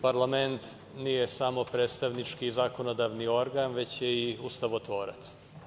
Parlament nije samo predstavnički zakonodavni organ, već je i ustavotvorac.